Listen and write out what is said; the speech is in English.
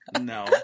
No